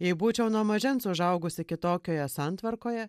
jei būčiau nuo mažens užaugusi kitokioje santvarkoje